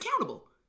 accountable